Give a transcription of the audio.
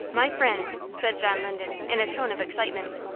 my friends, said john linden, in a tone of excitement,